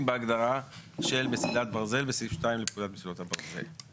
בהגדרה של מסילת ברזל בסעיף 2 לפקודת מסילות הברזל.